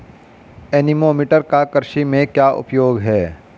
Anemometer का कृषि में क्या उपयोग है?